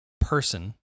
person